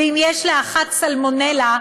ואם יש לאחת סלמונלה,